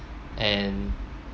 and